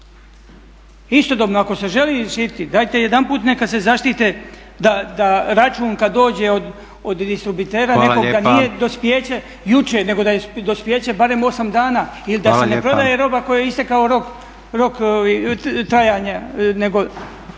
Istodobno ako se želi zaštititi dajte jedanput neka se zaštite da račun kad dođe od distributera nekoga nije … …/Upadica predsjednik: Hvala lijepa./… … dospijeće jučer, nego da je dospijeće barem 8 dana ili da se ne prodaje roba kojoj je istekao rok trajanja